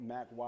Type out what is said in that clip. Mac